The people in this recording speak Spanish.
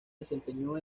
desempeñó